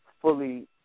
fully